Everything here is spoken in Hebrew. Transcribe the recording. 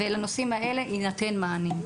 ולנושאים האלה יינתנו מענים.